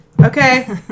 Okay